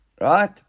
right